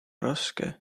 raske